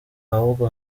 ahubwo